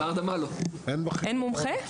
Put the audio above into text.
אין מומחה?